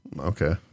Okay